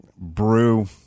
brew